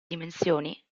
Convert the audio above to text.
dimensioni